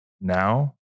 now